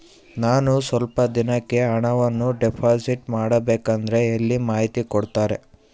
ನಾನು ಸ್ವಲ್ಪ ದಿನಕ್ಕೆ ಹಣವನ್ನು ಡಿಪಾಸಿಟ್ ಮಾಡಬೇಕಂದ್ರೆ ಎಲ್ಲಿ ಮಾಹಿತಿ ಕೊಡ್ತಾರೆ?